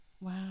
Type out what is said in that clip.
Wow